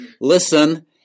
listen